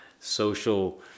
social